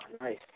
nice